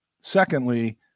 secondly